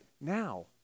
now